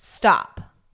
Stop